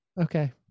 okay